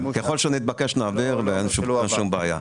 ככל שנתבקש נעביר, ואין שום בעיה.